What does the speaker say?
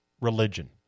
religion